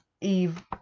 eve